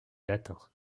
latin